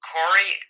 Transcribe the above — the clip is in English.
Corey